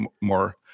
more